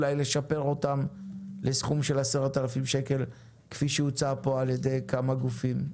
אולי לשפר אותם לסכום של 10,000 ₪ כפי שהוצע פה על ידי כמה גופים.